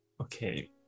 Okay